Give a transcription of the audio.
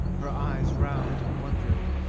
her eyes round and wondering.